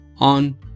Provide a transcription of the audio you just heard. On